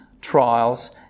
trials